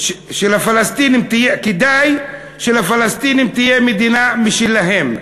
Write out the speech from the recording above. כדאי שלפלסטינים תהיה מדינה משלהם,